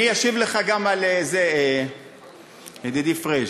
אני אשיב גם לך, ידידי פריג'.